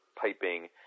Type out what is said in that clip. piping